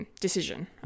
decision